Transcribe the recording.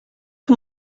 que